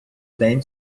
день